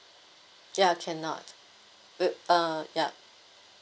ya cannot wi~ uh ya